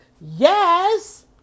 Yes